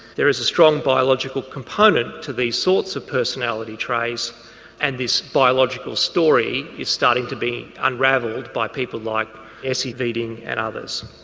there is a strong biological component to these sorts of personality traits and this biological story is starting to be unravelled by people like essi viding and others.